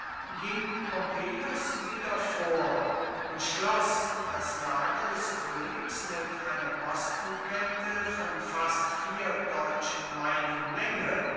ging pompeius wieder vor umschloß das lager des königs mit einer postenkette von fast vier deutschen meilen länge